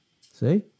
See